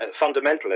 fundamentalist